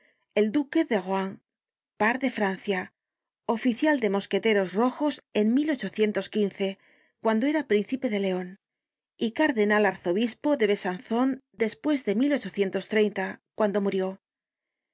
el duque de rohan par de francia oficial de mosqueteros rojos en cuando era príncipe de leon y cardenal arzobispo de besanzon despues de cuando murió